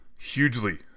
hugely